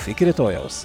iki rytojaus